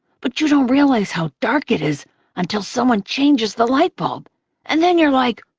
but you don't realize how dark it is until someone changes the lightbulb and then you're like,